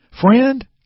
Friend